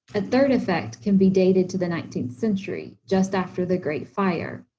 a third effect can be dated to the nineteenth century, just after the great fire,